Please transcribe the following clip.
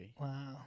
Wow